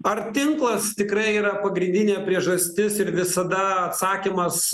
ar tinklas tikrai yra pagrindinė priežastis ir visada atsakymas